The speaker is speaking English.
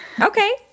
Okay